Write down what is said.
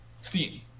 Steam